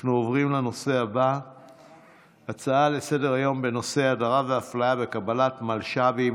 נעבור להצעה לסדר-היום בנושא: הדרה ואפליה בקבלת מלש"בים